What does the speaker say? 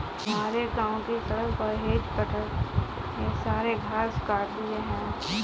हमारे गांव की सड़क पर हेज कटर ने सारे घास काट दिए हैं